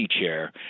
chair